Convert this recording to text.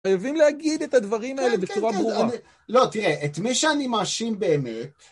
חייבים להגיד את הדברים האלה בצורה ברורה. לא, תראה, את מה שאני מאשים באמת...